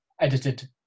edited